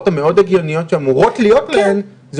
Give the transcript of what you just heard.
המאוד הגיוניות שאמורות להיות להן,